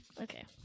Okay